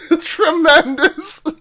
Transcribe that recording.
Tremendous